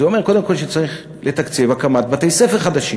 זה אומר קודם כול שצריך לתקצב הקמת בתי-ספר חדשים,